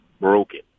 broken